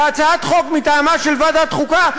כהצעת חוק מטעמה של ועדת חוקה,